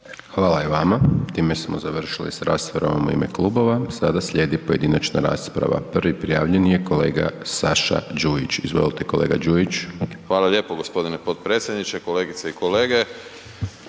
Hvala i vama. Time smo završili s raspravama u ime kluba, sada slijedi pojedinačna rasprava. Prvi prijavljeni je kolega Saša Đujić, izvolite kolega Đujić. **Đujić, Saša (SDP)** Hvala lijepo g. potpredsjedniče, kolegice i kolege.